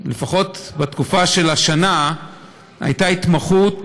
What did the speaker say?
לפחות בתקופה שהיא הייתה שנה,